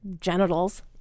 genitals